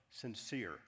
sincere